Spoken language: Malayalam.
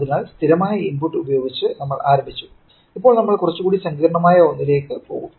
അതിനാൽ സ്ഥിരമായ ഇൻപുട്സ് ഉപയോഗിച്ച് നമ്മൾ ആരംഭിച്ചു ഇപ്പോൾ നമ്മൾ കുറച്ചുകൂടി സങ്കീർണ്ണമായ ഒന്നിലേക്ക് പോകും